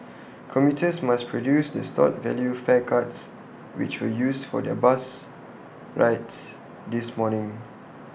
commuters must produce their stored value fare cards which were used for their bus rides this morning